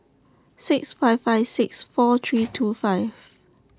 six five five six four three two five